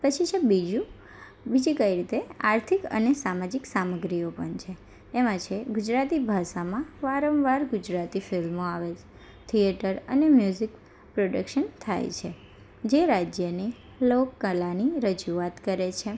પછી છે બીજું બીજી કઈ રીતે આર્થિક અને સામાજિક સામગ્રીઓ પણ છે એમાં છે ગુજરાતી ભાષામાં વારંવાર ગુજરાતી ફિલ્મો આવે થિયેટર અને મ્યુઝિક પ્રોડક્શન થાય છે જે રાજ્યની લોકકલાની રજૂઆત કરે છે